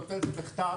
נותן את זה בכתב,